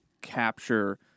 capture